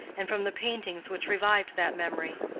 and from the paintings which revived that memory.